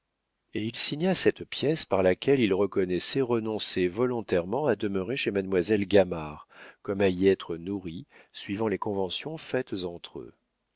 et il signa cette pièce par laquelle il reconnaissait renoncer volontairement à demeurer chez mademoiselle gamard comme à y être nourri suivant les conventions faites entre eux